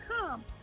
come